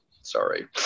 sorry